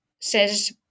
says